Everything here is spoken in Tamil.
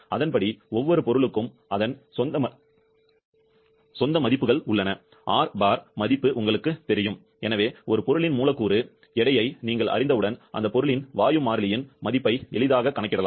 அதன்படி ஒவ்வொரு பொருளுக்கும் அதன் சொந்த மதிப்புகள் உள்ளன R bar மதிப்பு உங்களுக்குத் தெரியும் எனவே ஒரு பொருளின் மூலக்கூறு எடையை நீங்கள் அறிந்தவுடன் அந்த பொருளின் வாயு மாறியின் மதிப்பை எளிதாகக் கணக்கிடலாம்